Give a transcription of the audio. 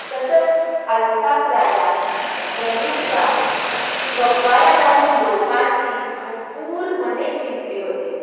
तसंच अल्ताफ राजा यांनीसुद्धा कव्वाल्या गाऊन लोकांची भरपूर मने जिंकली होती